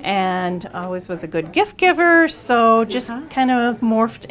and always was a good gift giver so just kind of morphed